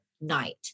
night